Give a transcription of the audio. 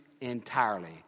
entirely